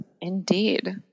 Indeed